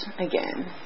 again